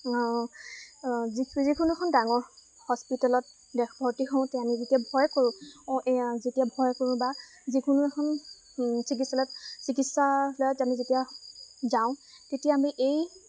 যিকোনো এখন ডাঙৰ হস্পিটেলত দেশ ভৰ্তি হওঁতে আমি যেতিয়া ভয় কৰোঁ অঁ যেতিয়া ভয় কৰোঁ বা যিকোনো এখন চিকিৎসালয়ত চিকিৎসালয়ত আমি যেতিয়া যাওঁ তেতিয়া আমি এই